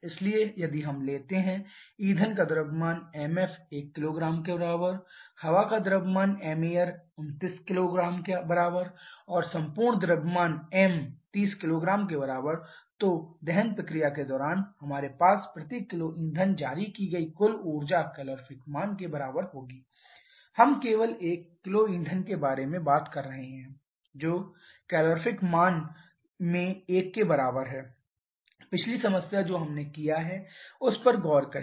इसलिए यदि हम लेते हैं ईंधन का द्रव्यमान mf 1 kg हवा का द्रव्यमान mair 29 kg संपूर्ण द्रव्यमानm 30 kg इसलिए दहन प्रक्रिया के दौरान हमारे पास प्रति किलो ईंधन जारी की गई कुल ऊर्जा कैलोरीफीक मान के बराबर होगी हम केवल 1 किलो ईंधन के बारे में बात कर रहे हैं जो कैलोरीफीक मान में 1 के बराबर है पिछली समस्या जो हमने किया है उस पर गौर करें